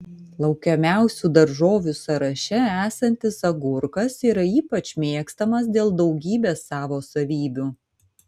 laukiamiausių daržovių sąraše esantis agurkas yra ypač mėgstamas dėl daugybės savo savybių